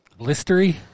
Blistery